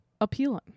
appealing